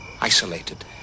isolated